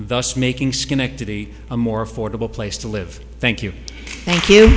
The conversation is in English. thus making schenectady a more affordable place to live thank you thank you